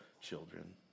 children